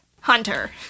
Hunter